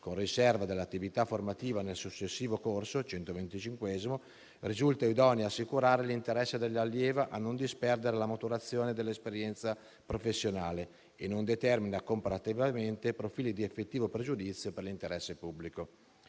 con riserva, dell'attività formativa nel successivo corso (il 125°) risultano idonei ad assicurare l'interesse dell'allieva a non disperdere la maturazione dell'esperienza professionale e non determinano comparativamente profili di effettivo pregiudizio per l'interesse pubblico.